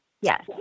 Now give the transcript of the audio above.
yes